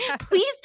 Please